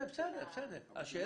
בגיל שנה מתחילים.